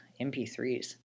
MP3s